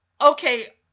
okay